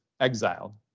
exiled